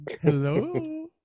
Hello